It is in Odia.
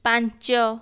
ପାଞ୍ଚ